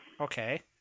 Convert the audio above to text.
Okay